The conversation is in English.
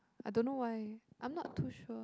I don't know why I'm not too sure